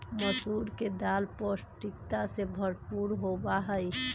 मसूर के दाल पौष्टिकता से भरपूर होबा हई